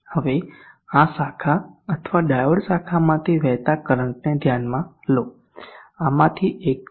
હવે આ શાખા અથવા ડાયોડ શાખામાંથી વહેતા કરંટને ધ્યાનમાં લો આમાંથી એક છે